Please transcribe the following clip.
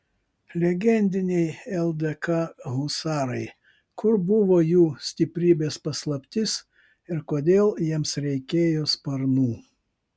legendiniai ldk husarai kur buvo jų stiprybės paslaptis ir kodėl jiems reikėjo sparnų